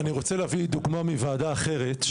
אני רוצה להביא דוגמה מוועדה אחרת,